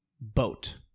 boat